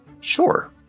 Sure